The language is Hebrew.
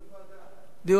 דיון בוועדה.